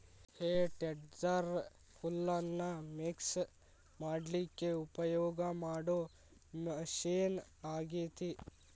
ಹೇ ಟೆಡ್ದೆರ್ ಹುಲ್ಲನ್ನ ಮಿಕ್ಸ್ ಮಾಡ್ಲಿಕ್ಕೆ ಉಪಯೋಗ ಮಾಡೋ ಮಷೇನ್ ಆಗೇತಿ